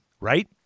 Right